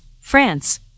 France